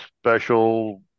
special